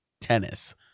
tennis